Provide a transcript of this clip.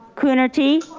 coonerty.